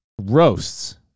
roasts